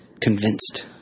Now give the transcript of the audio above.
convinced